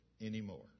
anymore